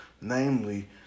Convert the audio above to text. namely